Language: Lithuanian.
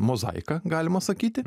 mozaika galima sakyti